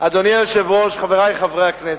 אדוני היושב-ראש, חברי חברי הכנסת,